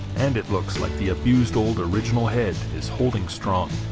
and it looks like the abused old original head is holding strong.